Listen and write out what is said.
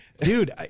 Dude